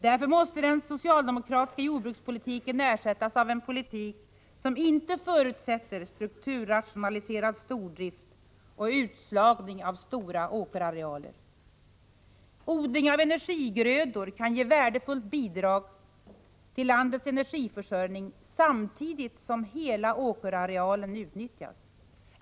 Därför måste den socialdemokratiska jordbrukspolitiken ersättas av en politik som inte förutsätter strukturrationaliserad stordrift och utslagning av stora åkerarealer. Odling av energigrödor kan ge ett värdefullt bidrag till landets energiförsörjning samtidigt som hela åkerarealen utnyttjas.